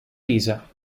pisa